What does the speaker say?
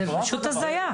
זאת פשוט הזיה.